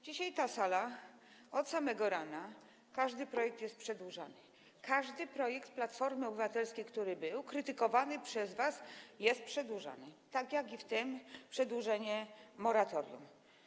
Dzisiaj na tej sali od samego rana każdy projekt jest przedłużany, każdy projekt Platformy Obywatelskiej, który był krytykowany przez was, jest przedłużany, tak jak i tu - przedłużenie moratorium.